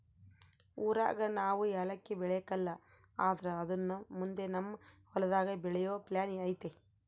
ಊರಾಗ ನಾವು ಯಾಲಕ್ಕಿ ಬೆಳೆಕಲ್ಲ ಆದ್ರ ಅದುನ್ನ ಮುಂದೆ ನಮ್ ಹೊಲದಾಗ ಬೆಳೆಯೋ ಪ್ಲಾನ್ ಐತೆ